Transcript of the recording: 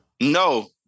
No